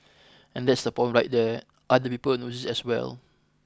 and that's the problem right there other people noticed as well